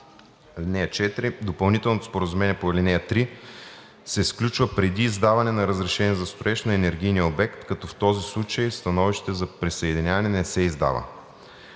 Допълнителното споразумение по ал. 3 се сключва преди издаване на разрешение за строеж на енергийния обект, като в този случай становище за присъединяване не се издава.